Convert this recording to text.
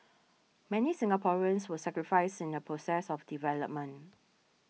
many Singaporeans were sacrificed in the process of development